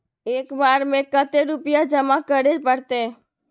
एक बार में कते रुपया जमा करे परते?